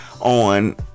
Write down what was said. on